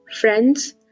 friends